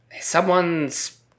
Someone's